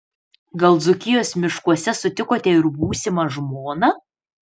gal dzūkijos miškuose sutikote ir būsimą žmoną